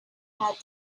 had